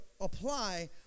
apply